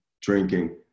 drinking